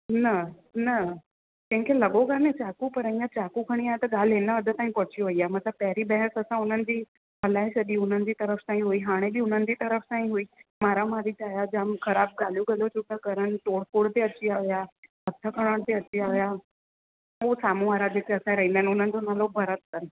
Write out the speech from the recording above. न न कंहिं खे लॻो कान्हे चाकू पर इअं चाकू खणी आया त ॻाल्हि हिन हदि ताईं पहुची वेई आहे मतलबु पहिरीं बहसु असां हुननि जी हलाए छॾी उन्हनि जी तरफ़ सां ई हुई हाणे बि हुननि जी तरफ़ सां हुई मारामारी ते आया जाम ख़राब गाल्हियूं गलोचूं पिया करनि तोड़ फोड़ ते अची विया हुआ हथु खड़ण ते अची विया हुआ पोइ साम्हूं वारा जेके असांजे रहंदा आहिनि उन्हनि जो नालो भरत अथनि